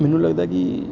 ਮੈਨੂੰ ਲੱਗਦਾ ਕਿ